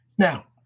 Now